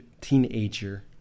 teenager